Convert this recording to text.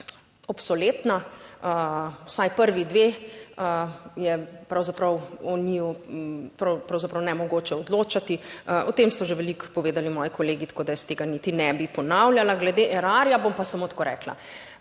obsoletna, vsaj prvi dve je pravzaprav o njiju pravzaprav nemogoče odločati. O tem so že veliko povedali moji kolegi, tako da jaz tega niti ne bi ponavljala. Glede Erarja bom pa samo tako rekla.